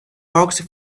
box